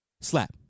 Slap